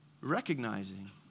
Recognizing